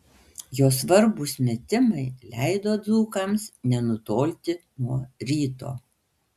jo svarbūs metimai leido dzūkams nenutolti nuo ryto